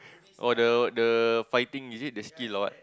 oh the the fighting is it the skill or what